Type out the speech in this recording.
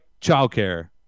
childcare